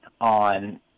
on